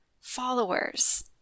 followers